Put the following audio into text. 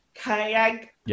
kayak